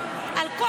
על כל